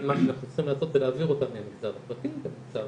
מה שאנחנו צריכים לעשות זה להעביר אותם מהמגזר הפרטי למגזר